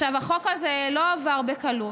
החוק הזה לא עבר בקלות,